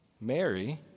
Mary